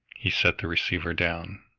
he set the receiver down.